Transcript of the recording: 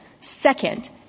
Second